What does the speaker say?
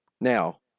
Now